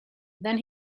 then